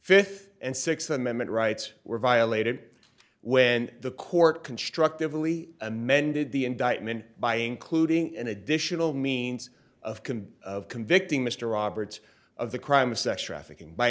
fifth and sixth amendment rights were violated when the court constructively amended the indictment by including an additional means of can of convicting mr roberts of the crime of sex trafficking by